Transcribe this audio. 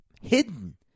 hidden